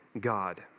God